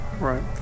Right